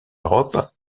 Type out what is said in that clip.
europe